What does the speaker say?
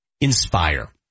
Inspire